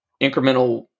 incremental